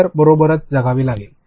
तर या बरोबरच जगावे लागेल